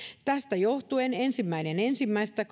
tästä johtuen ehdotetaan että ensimmäinen ensimmäistä